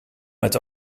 met